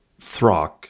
Throck